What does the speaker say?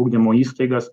ugdymo įstaigas